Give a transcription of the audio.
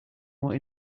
more